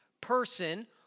person